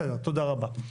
תודה רבה.